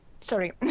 sorry